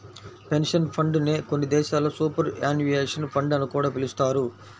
pension fund నే కొన్ని దేశాల్లో సూపర్ యాన్యుయేషన్ ఫండ్ అని కూడా పిలుస్తారు